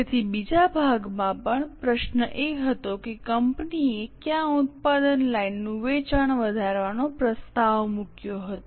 તેથી બીજા ભાગમાં પણ પ્રશ્ન એ હતો કે કંપનીએ કયા ઉત્પાદન લાઇનનું વેચાણ વધારવાનો પ્રસ્તાવ મૂક્યો હતો